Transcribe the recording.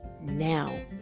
now